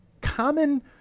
common